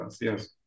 yes